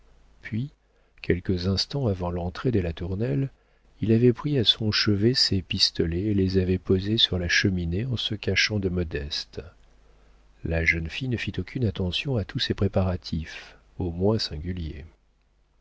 puis quelques instants avant l'entrée des latournelle il avait pris à son chevet ses pistolets et les avait posés sur la cheminée en se cachant de modeste la jeune fille ne fit aucune attention à tous ces préparatifs au moins singuliers